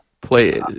play